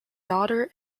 daughter